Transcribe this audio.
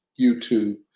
YouTube